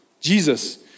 Jesus